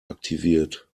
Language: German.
aktiviert